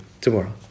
tomorrow